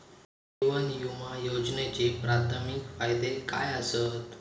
जीवन विमा योजनेचे प्राथमिक फायदे काय आसत?